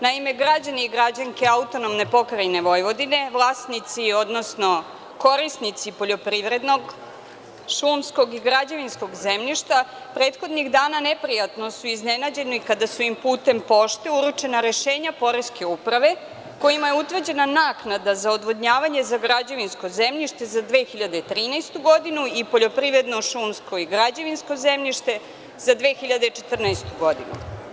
Naime, građani i građanke AP Vojvodine, vlasnici, odnosno korisnici poljoprivrednog, šumskog i građevinskog zemljišta prethodnih dana neprijatno su iznenađeni kada su im putem pošte uručena rešenja Poreske uprave kojima je utvrđena naknada za odvodnjavanje za građevinsko zemljište za 2013. godinu i poljoprivredno, šumsko i građevinskog zemljište za 2014. godinu.